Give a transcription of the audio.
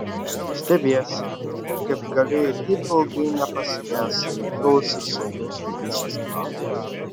stebiesi kaip galėjai taip ilgai nepasigesti aitraus ir saldaus vaikystės kvapo